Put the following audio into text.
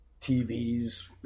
TVs